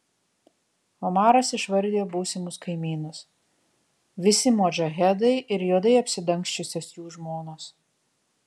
omaras išvardijo būsimus kaimynus visi modžahedai ir juodai apsidangsčiusios jų žmonos